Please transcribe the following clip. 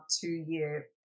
two-year